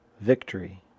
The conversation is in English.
victory